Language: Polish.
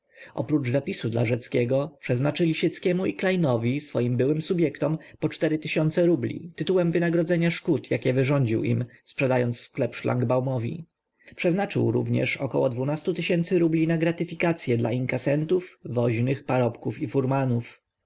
oprócz zapisu dla rzeckiego przeznaczy lisieckiemu i klejnowi swoim byłym subjektom po cztery tysiące rubli tytułem wynagrodzenia szkód jakie wyrządził im sprzedając sklep szlangbaumowi przeznaczył również około dwudziestu tysięcy rubli na gratyfikacye dla inkasentów woźnych parobków i furmanów